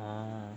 orh